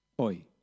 oi